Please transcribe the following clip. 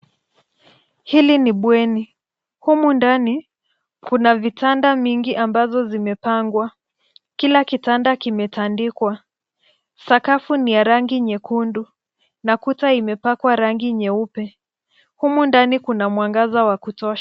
Hili ni bweni. Humu ndani kuna vitanda mingi ambazo zimepangwa. Kila kitanda kimetandikwa. Sakafu ni ya rangi nyekundu na kuta imepakwa rangi nyeupe. Humu ndani kuna mwangaza wa kutosha.